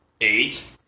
Eight